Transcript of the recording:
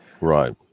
Right